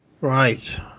Right